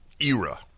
era